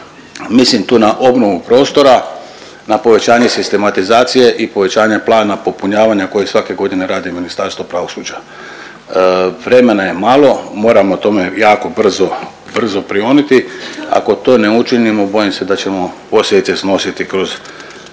mislim tu na obnovu prostoru, na povećanje sistematizacije i povećanja plana popunjavanja koje svake godine radi Ministarstvo pravosuđa. Vremena je malo, moramo tome jako brzo, brzo prioniti, ako to ne učinimo bojim se da ćemo posljedice snositi kroz